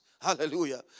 Hallelujah